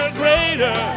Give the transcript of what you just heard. greater